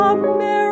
America